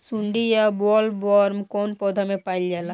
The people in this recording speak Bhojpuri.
सुंडी या बॉलवर्म कौन पौधा में पाइल जाला?